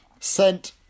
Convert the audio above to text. sent